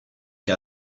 che